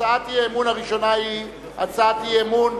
הצעת האי-אמון הראשונה היא הצעת אי-אמון